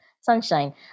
sunshine